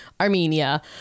Armenia